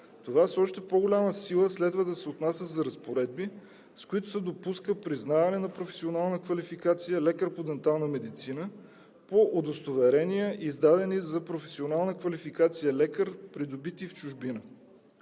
Това с още по-голяма сила следва да се отнася за разпоредби, с които се допуска признаване на професионална квалификация „лекар по дентална медицина“ по удостоверения, издадени за професионална квалификация „лекар“, придобита в чужбина.